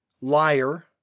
Liar